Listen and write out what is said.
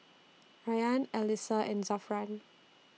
Rayyan Alyssa and Zafran